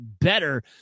better